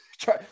try